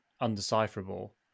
undecipherable